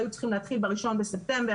היו צריכים להתחיל ב-1 בספטמבר.